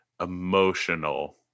emotional